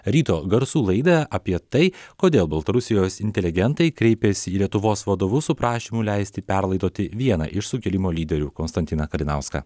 ryto garsų laidą apie tai kodėl baltarusijos inteligentai kreipėsi į lietuvos vadovus su prašymu leisti perlaidoti vieną iš sukilimo lyderių konstantiną kalinauską